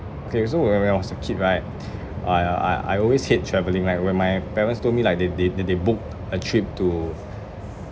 okay so when when I was a kid right I uh I I always hate travelling right where my parents told me like they they they they booked a trip to